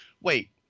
Wait